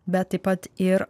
bet taip pat ir